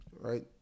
right